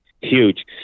Huge